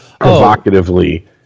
provocatively